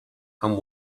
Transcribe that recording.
and